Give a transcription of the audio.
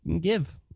give